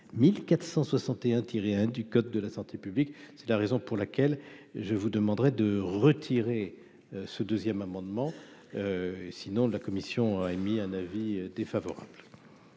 1 du code de la santé publique, c'est la raison pour laquelle je vous demanderai de retirer ce 2ème amendement sinon de la commission a émis un avis défavorable.